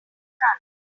front